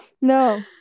no